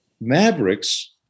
mavericks